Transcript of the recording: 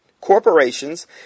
corporations